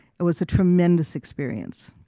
it was a tremendous experience.